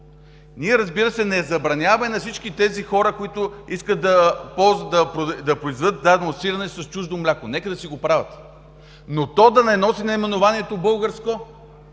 Ние не забраняваме на всички тези хора, които искат да произведат дадено сирене с чуждо мляко, нека да си го правят, но то да не носи наименованието „българско“.